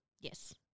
yes